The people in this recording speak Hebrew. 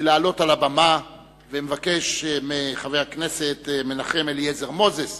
לעלות על הבמה ומבקש מחבר הכנסת מנחם אליעזר מוזס